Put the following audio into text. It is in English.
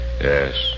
Yes